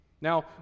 Now